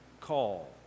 call